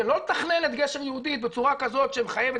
לא לתכנן את גשר יהודית בצורה כזאת שמחייבת